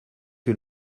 que